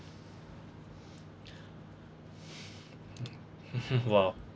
!wow!